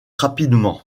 rapidement